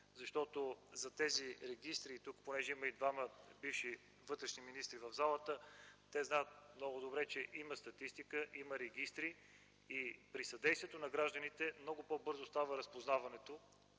от гражданите. Понеже имаме двама бивши вътрешни министри в залата, те знаят много добре, че има статистика, има регистри и при съдействието на гражданите много по-бързо става разпознаването